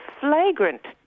flagrant